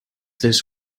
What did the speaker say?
this